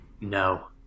no